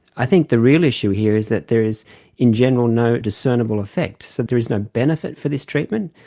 i think the real issue here is that there is in general no discernible effect, so there is no benefit for this treatment.